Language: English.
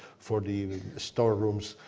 for the storerooms.